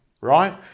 right